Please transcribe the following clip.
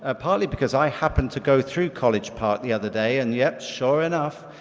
ah partly because i happen to go through college park the other day, and yet sure enough,